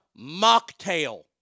mocktail